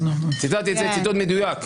ציטטתי את זה ציטוט מדויק.